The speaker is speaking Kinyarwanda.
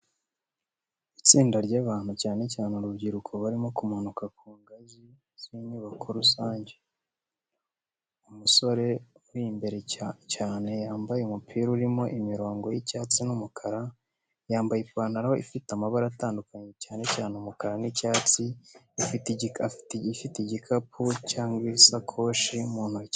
Itsinda ry’abantu, cyane cyane urubyiruko, barimo bamanuka ku ngazi z’inyubako rusange. Umusore uri imbere cyane yambaye umupira urimo imirongo y’icyatsi n’umukara, yambaye ipantaro ifite amabara atandukanye cyane cyane umukara n’icyatsi, afite igikapu cyangwa isakoshi mu ntoki.